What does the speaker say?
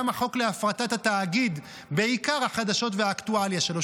גם החוק להפרטת התאגיד בעיקר החדשות והאקטואליה שלו.